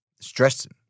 stressing